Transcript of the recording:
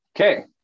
Okay